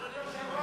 לא, לא צריך.